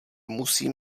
musím